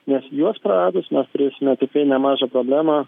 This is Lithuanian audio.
nes juos praradus mes turėsime tikrai nemažą problemą